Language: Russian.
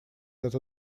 это